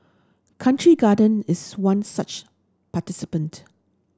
Country Garden is one such participant